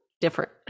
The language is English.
different